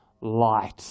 light